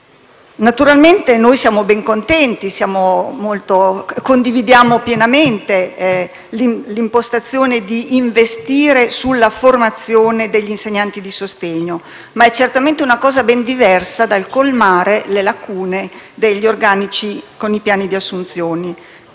Naturalmente, noi siamo ben contenti e condividiamo pienamente l'impostazione di investire sulla formazione degli insegnanti di sostegno, ma è certamente cosa ben diversa dal colmare le lacune degli organici con i piani di assunzione.